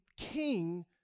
king